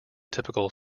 typical